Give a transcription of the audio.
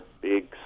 big